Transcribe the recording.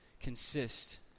consist